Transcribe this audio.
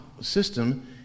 system